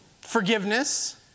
forgiveness